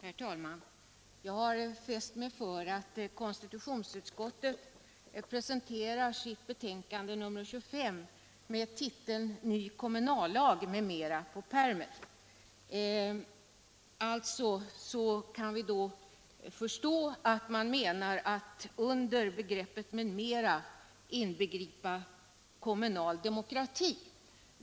Herr talman! Jag har fäst mig vid att konstitutionsutskottet presenterar sitt betänkande nr 25 under titeln ”Ny kommunallag m.m.”. Av det framgår att man i detta sammanhang i begreppet ”m.m.” vill inbegripa den kommunala demokratin.